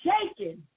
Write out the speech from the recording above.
shaking